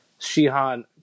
shihan